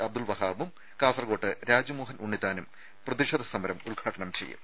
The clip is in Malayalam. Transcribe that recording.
അബ്ദുൾ വഹാബും കാസർകോട്ട് രാജ്മോഹൻ ഉണ്ണിത്താനും പ്രതിഷേധ സമരം ഉദ്ഘാടനം ചെയ്യും